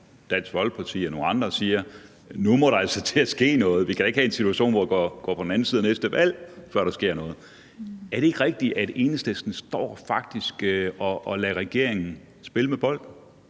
Dansk Folkeparti og nogle andre partier om, at nu må der altså til at ske noget, og at vi da ikke kan have en situation, hvor vi kommer på den anden side af næste valg, før der sker noget. Er det ikke rigtigt, at Enhedslisten faktisk står og lader regeringen spille med bolden?